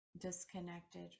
disconnected